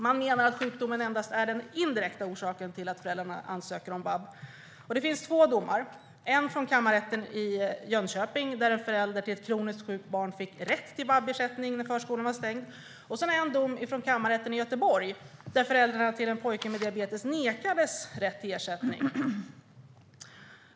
Man menar att sjukdomen endast är den indirekta orsaken till att föräldrarna ansöker om vab-ersättning. Det finns två domar. Den ena kommer från kammarrätten i Jönköping, där en förälder till ett kroniskt sjukt barn fick rätt till vab-ersättning när förskolan var stängd. Den andra kommer från kammarrätten i Göteborg, där föräldrarna till en pojke med diabetes nekades rätt till ersättning.